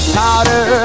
powder